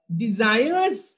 desires